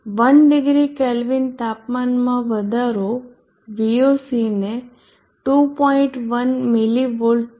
1 degree Kelvin પ્રોફેસરે degree કેલ્વિનને બદલે ભૂલમાં ડીગ્રી સેન્ટીગ્રેડ કહ્યું તાપમાનમાં વધારો Voc ને 2